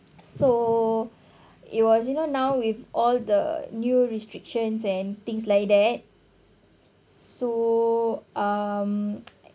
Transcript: so it was you know now with all the new restrictions and things like that so um